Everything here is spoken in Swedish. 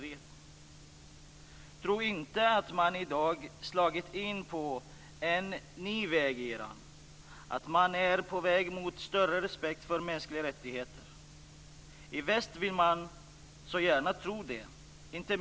Frågan som skall ställas är naturligtvis: Skall vi för den skull ta särskild hänsyn när vi talar om demokrati och mänskliga rättigheter i Kina? Fru talman! Det skall vi naturligtvis inte.